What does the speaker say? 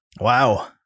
wow